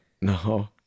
No